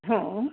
हां